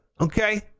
Okay